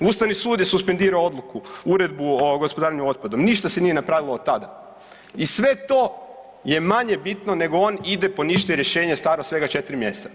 Ustavni sud je suspendirao odluku, Uredbu o gospodarenju otpadom, ništa se nije napravilo od tada i sve to je manje bitno nego on ide poništiti rješenje staro svega 4 mjeseca.